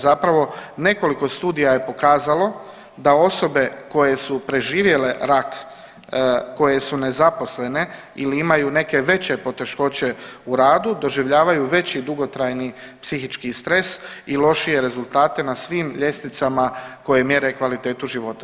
Zapravo nekoliko studija je pokazalo da osobe koje su preživjele rak, koje su nezaposlene ili imaju neke veće poteškoće u radu doživljavaju veći dugotrajni psihički stres i lošije rezultate na svim ljestvicama koje mjere kvalitetu života.